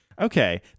Okay